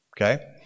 Okay